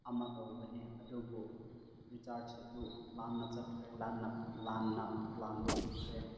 ꯑꯃ ꯇꯧꯕꯅꯦ ꯑꯗꯨꯕꯨ ꯔꯤꯆꯥꯔꯖ ꯑꯗꯨ ꯂꯥꯟꯅ ꯆꯠꯈ꯭ꯔꯦ ꯂꯥꯟꯅ ꯂꯥꯟꯅ ꯄ꯭ꯂꯥꯟꯗꯣ ꯆꯠꯈ꯭ꯔꯦ